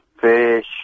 Fish